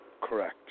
Correct